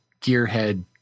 gearhead